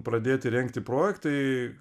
pradėti rengti projektai